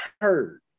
heard